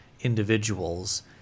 individuals